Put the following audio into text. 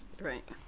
right